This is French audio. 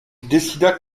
décida